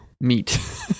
meat